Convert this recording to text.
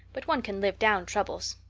but one can live down troubles.